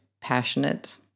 passionate